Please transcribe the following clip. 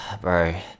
bro